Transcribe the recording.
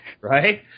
right